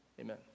Amen